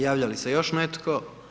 Javlja li se još netko?